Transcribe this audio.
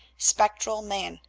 spectral man,